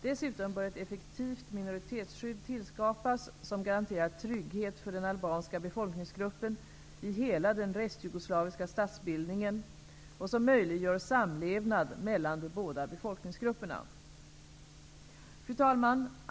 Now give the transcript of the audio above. Dessutom bör ett effektivt minoritetsskydd tillskapas som garanterar trygghet för den albanska befolkningsgruppen i hela den restjugoslaviska statsbildningen och som möjliggör samlevnad mellan de båda befolkningsgrupperna. Fru talman!